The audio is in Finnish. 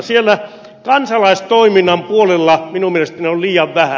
siellä kansalaistoiminnan puolella minun mielestäni on liian vähän